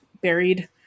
Buried